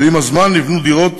ועם הזמן נבנו דירות